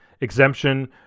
exemption